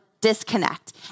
disconnect